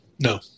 No